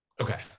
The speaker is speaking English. Okay